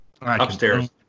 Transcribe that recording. Upstairs